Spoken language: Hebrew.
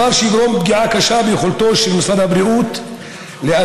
דבר שיגרום פגיעה קשה ביכולתו של משרד הבריאות לאתר,